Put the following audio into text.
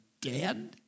dead